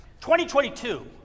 2022